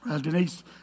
Denise